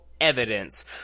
evidence